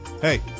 Hey